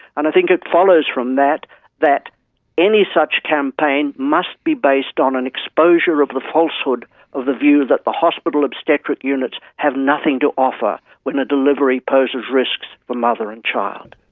and i think it follows from that that any such campaign must be based on an exposure of the falsehood of the view that the hospital obstetric units have nothing to offer when a delivery poses risks for mother and child.